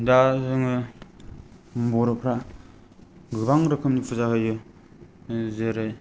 दा जोङो बर'फोरा गोबां रोखोमनि पुजा होयो जेरै